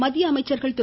மத்திய அமைச்சர்கள் திரு